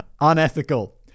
unethical